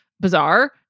bizarre